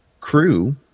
crew